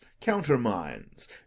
countermines